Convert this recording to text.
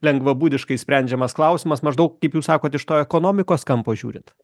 lengvabūdiškai sprendžiamas klausimas maždaug kaip jūs sakot iš to ekonomikos kampo žiūrint